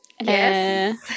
Yes